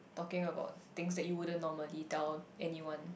talking about things that you wouldn't normally tell anyone